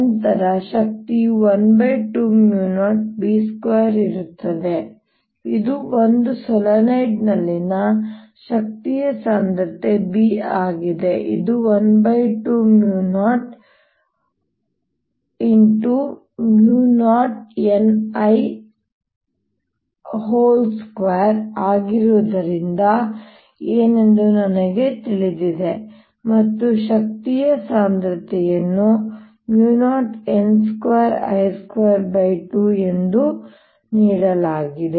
ನಂತರ ಶಕ್ತಿಯು 120B2 ಇರುತ್ತದೆ ಇದು ಒಂದು ಸೊಲೀನಾಯ್ಡ್ನಲ್ಲಿನ ಶಕ್ತಿಯ ಸಾಂದ್ರತೆ b ಆಗಿದೆ ಇದು 1200nI2 ಆಗಿರುವುದು ಏನೆಂದು ನನಗೆ ತಿಳಿದಿದೆ ಮತ್ತು ಶಕ್ತಿ ಸಾಂದ್ರತೆಯನ್ನು 0n2I22 ಎಂದು ನೀಡಲಾಗಿದೆ